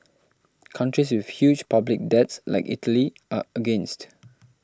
countries with huge public debts like Italy are against